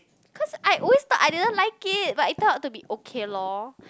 cause I always thought I didn't like it but it turned out to be okay lor